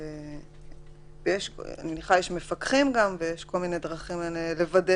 אני מניחה שיש מפקחים וכל מיני דרכים לוודא